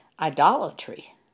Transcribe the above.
Idolatry